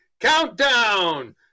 Countdown